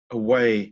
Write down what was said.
away